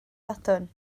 sadwrn